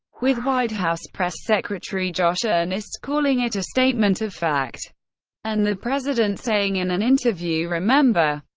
with white house press secretary josh earnest calling it a statement of fact and the president saying in an interview, remember,